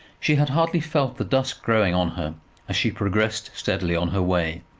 she had hardly felt the dusk growing on her as she progressed steadily on her way,